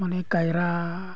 ᱚᱱᱮ ᱠᱟᱭᱨᱟ